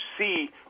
see